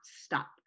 stop